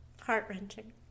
heart-wrenching